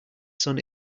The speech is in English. sun